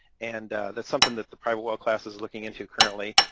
and that's something that the private well class is looking into currently.